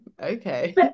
okay